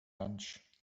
lunch